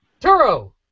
Turo